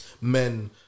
men